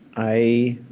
i